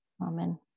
Amen